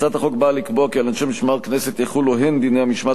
הצעת החוק באה לקבוע כי על אנשי משמר הכנסת יחולו הן דיני המשמעת